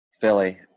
Philly